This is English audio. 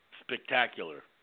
spectacular